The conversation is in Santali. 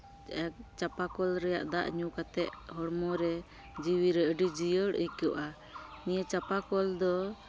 ᱪᱟᱸᱯᱟ ᱠᱚᱞ ᱨᱮᱭᱟᱜ ᱫᱟᱜ ᱧᱩ ᱠᱟᱛᱮᱫ ᱦᱚᱲᱢᱚ ᱨᱮ ᱡᱤᱣᱤ ᱨᱮ ᱟᱹᱰᱤ ᱡᱤᱭᱟᱹᱲ ᱟᱹᱭᱠᱟᱹᱜᱼᱟ ᱱᱤᱭᱟᱹ ᱪᱟᱸᱯᱟ ᱠᱚᱞ ᱫᱚ